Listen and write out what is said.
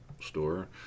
store